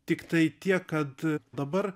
tiktai tiek kad dabar